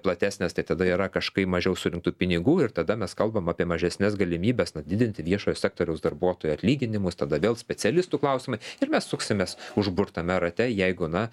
platesnės tai tada yra kažkaip mažiau surinktų pinigų tada mes kalbam apie mažesnes galimybes na didinti viešojo sektoriaus darbuotojų atlyginimus tada vėl specialistų klausimai ir mes suksimės užburtame rate jeigu na